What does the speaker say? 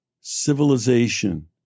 civilization